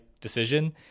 decision